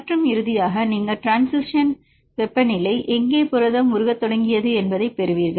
மற்றும் இறுதியாக நீங்கள் ட்ரான்சிசின் வெப்பநிலை எங்கே புரதம் உருகத் தொடங்கியது என்பதை பெறுவீர்கள்